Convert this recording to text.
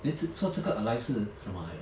then 这 so 这个 alive 是什么来的